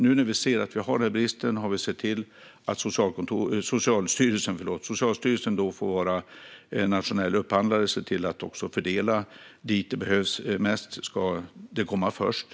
Nu när vi sett att vi har en brist har vi sett till att Socialstyrelsen blivit nationell upphandlare och att skyddsutrustning fördelas och först kommer dit där den behövs mest.